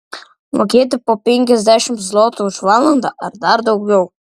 mokėti po penkiasdešimt zlotų už valandą ar dar daugiau